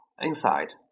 Inside